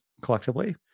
collectively